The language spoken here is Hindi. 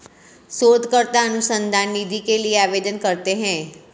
शोधकर्ता अनुसंधान निधि के लिए आवेदन करते हैं